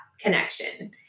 connection